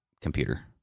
computer